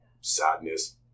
sadness